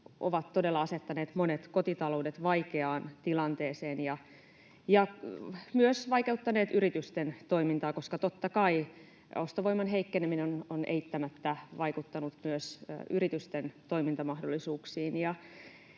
ovat todella asettaneet monet kotitaloudet vaikeaan tilanteeseen ja myös vaikeuttaneet yritysten toimintaa, koska totta kai ostovoiman heikkeneminen on eittämättä vaikuttanut myös yritysten toimintamahdollisuuksiin.